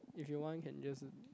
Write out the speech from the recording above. if you want can just